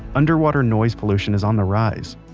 underwater noise pollution is on the rise.